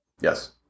Yes